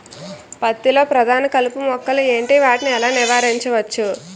పత్తి లో ప్రధాన కలుపు మొక్కలు ఎంటి? వాటిని ఎలా నీవారించచ్చు?